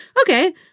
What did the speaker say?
okay